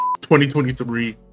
2023